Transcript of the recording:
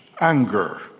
anger